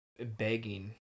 begging